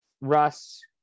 Russ